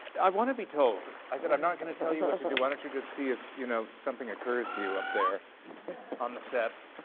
i want to be told! i said, i'm not going to tell you what to do. why don't you just see if, you know, something occurs to you up there on the set.